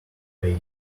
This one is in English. third